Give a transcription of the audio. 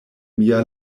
mia